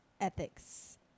ethics